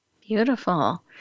Beautiful